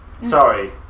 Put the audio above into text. Sorry